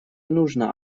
нужно